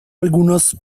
algunos